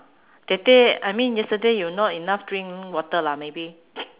that day I mean yesterday you not enough drink water lah maybe